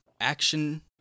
action